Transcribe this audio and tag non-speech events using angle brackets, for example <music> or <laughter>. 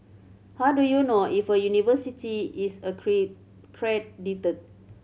how do you know if a university is <unintelligible> credited